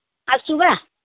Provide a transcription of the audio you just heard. अस्तु वा